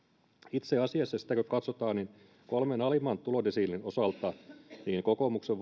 itse asiassa kun katsotaan kolmen alimman tulodesiilin osalta niin kokoomuksen